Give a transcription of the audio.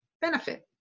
benefit